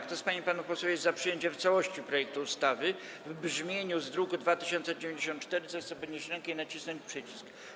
Kto z pań i panów posłów jest za przyjęciem w całości projektu ustawy w brzmieniu z druku nr 2094, zechce podnieść rękę i nacisnąć przycisk.